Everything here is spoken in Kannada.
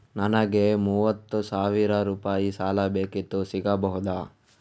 ನನಗೆ ಮೂವತ್ತು ಸಾವಿರ ರೂಪಾಯಿ ಸಾಲ ಬೇಕಿತ್ತು ಸಿಗಬಹುದಾ?